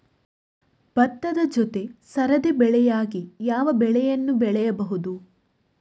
ಭತ್ತದ ಜೊತೆ ಸರದಿ ಬೆಳೆಯಾಗಿ ಯಾವ ಬೆಳೆಯನ್ನು ಬೆಳೆಯಬಹುದು?